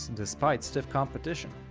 despite stiff competition.